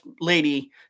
lady